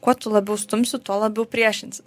kuo tu labiau stumsi tuo labiau priešinsi